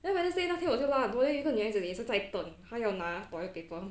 then wednesday 那天我就拉很多 then 有一个女孩子也是在等他要拿 toilet paper